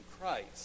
Christ